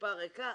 קליפה ריקה,